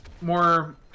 more